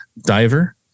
diver